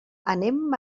anem